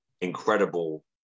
incredible